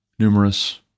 numerous